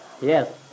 Yes